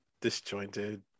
disjointed